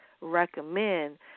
recommend